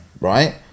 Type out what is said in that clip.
right